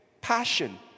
Passion